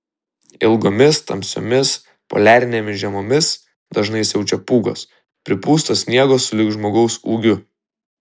ilgomis tamsiomis poliarinėmis žiemomis dažnai siaučia pūgos pripusto sniego sulig žmogaus ūgiu